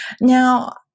Now